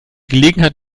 gelegenheit